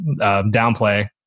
downplay